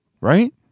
right